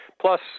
Plus